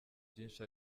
byinshi